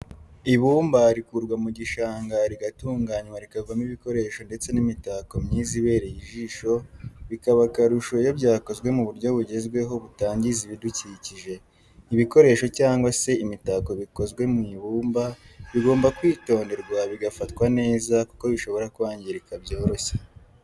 Ibumba rikurwa mu gishanga riratunganywa rikavamo ibikoresho ndetse n'imitako myiza ibereye ijisho bikaba akarusho iyo byakozwe mu buryo bugezweho butangiza ibidukikije. ibikoresho cyangwa se imitako bikozwe mu ibumba bigomba kwitonderwa bigafatwa neza kuko bishobora kwangirika byoroshye.